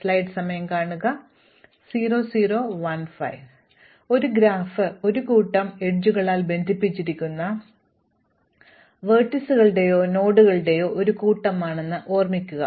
അതിനാൽ ഒരു ഗ്രാഫ് ഒരു കൂട്ടം അരികുകളാൽ ബന്ധിപ്പിച്ചിരിക്കുന്ന ലംബങ്ങളുടെയോ നോഡുകളുടെയോ ഒരു കൂട്ടമാണെന്ന് ഓർമ്മിക്കുക